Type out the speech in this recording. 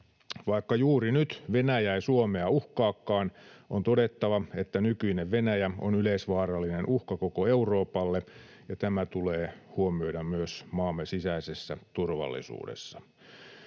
Vaikka juuri nyt Venäjä ei Suomea uhkaakaan, on todettava, että nykyinen Venäjä on yleisvaarallinen uhka koko Euroopalle, ja tämä tulee huomioida myös maamme sisäisessä turvallisuudessa.